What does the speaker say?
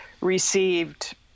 received